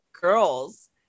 girls